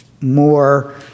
more